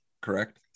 correct